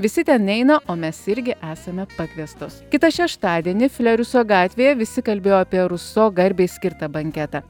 visi ten eina o mes irgi esame pakviestos kitą šeštadienį fleriuso gatvėje visi kalbėjo apie ruso garbei skirtą banketą